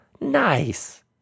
Nice